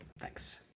Thanks